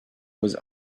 was